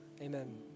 Amen